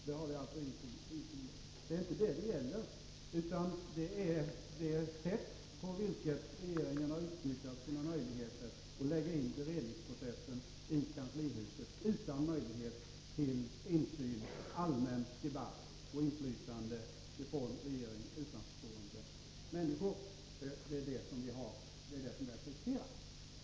Det har vi alltså ingenting emot, utan det vi vänder oss emot och kritiserar är det sätt på vilket regeringen har utnyttjat sina möjligheter att lägga in beredningsprocessen i kanslihuset — utan chans till insyn, allmän debatt och inflytande från regeringen utanförstående människor.